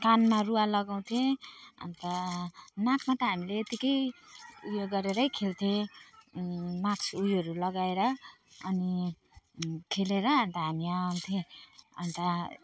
कानमा रुवा लगाउँथेँ अन्त नाकमा त हामीले यतिकै ऊ यो गरेरै खेल्थेँ माक्स ऊ योहरू लगाएर अनि खेलेर अन्त हामी आउँथेँ अन्त